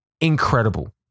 Incredible